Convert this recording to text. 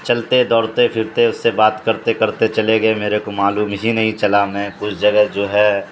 چلتے دوڑتے پرتے اس سے بات کرتے کرتے چلے گئے میرے کو معلوم ہی نہیں چلا میں کچھ جگہ جو ہے